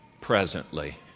presently